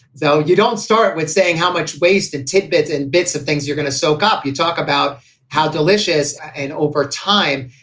so you don't start with saying how much waste and tidbits and bits of things you're gonna soak up. you talk about how delicious. and over time,